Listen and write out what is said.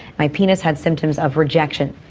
my penis had symptoms of rejection.